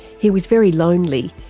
he was very lonely,